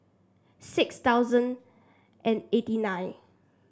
six thousand and eighty nine